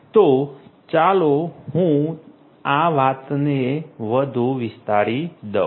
તો ચાલો હવે હું આ વાતને વધુ વિસ્તારી દઉં